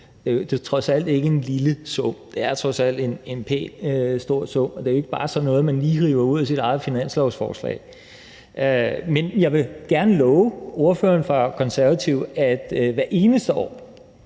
Det er trods alt ikke en lille sum. Det er trods alt en pæn stor sum og ikke et beløb, man bare hiver ud af sit eget finanslovsforslag. Men jeg vil gerne love ordføreren for De Konservative, at vi hver eneste år